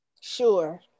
Sure